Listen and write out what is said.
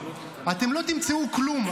אתם לא תמצאו כלום.